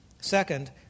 Second